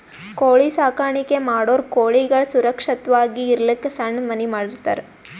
ಕೋಳಿ ಸಾಕಾಣಿಕೆ ಮಾಡೋರ್ ಕೋಳಿಗಳ್ ಸುರಕ್ಷತ್ವಾಗಿ ಇರಲಕ್ಕ್ ಸಣ್ಣ್ ಮನಿ ಮಾಡಿರ್ತರ್